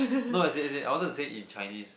no as in as in I wanted to say in Chinese